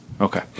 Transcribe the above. okay